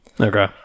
Okay